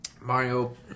Mario